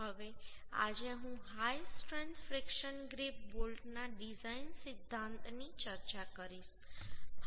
હવે આજે હું હાઈ સ્ટ્રેન્થ ફ્રિકશન ગ્રિપ બોલ્ટના ડિઝાઇન સિદ્ધાંતની ચર્ચા કરીશ